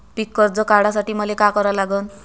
पिक कर्ज काढासाठी मले का करा लागन?